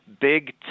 big